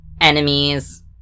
enemies